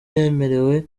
yemerewe